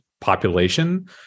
population